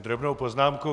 Drobnou poznámku.